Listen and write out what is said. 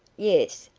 yes,